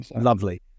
Lovely